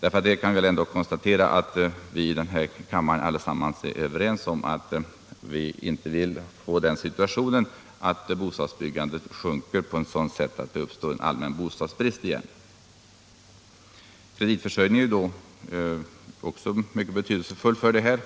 Det kan ändå konstateras att vi här i kammaren är överens om att vi inte vill få den situationen att bostadsbyggandet minskar så att det uppstår en allmän bostadsbrist igen. Kreditförsörjningen är också mycket betydelsefull för detta.